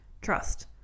Trust